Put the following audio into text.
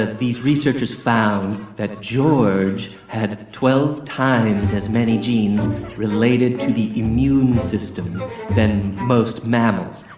these researchers found that george had had twelve times as many genes related to the immune system than most mammals.